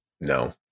no